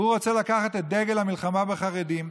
הוא רוצה לקחת את דגל המלחמה בחרדים.